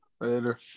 Later